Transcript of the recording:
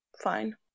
fine